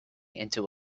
into